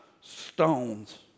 stones